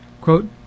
Quote